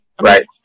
right